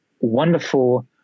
wonderful